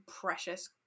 precious